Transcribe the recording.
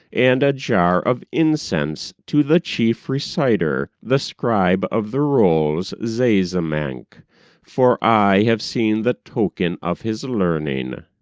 and a jar of incense to the chief reciter, the scribe of the rolls, zazamankh for i have seen the token of his learning.